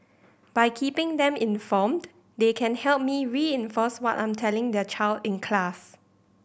by keeping them informed they can help me reinforce what I'm telling their child in class